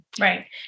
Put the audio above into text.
Right